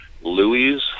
Louis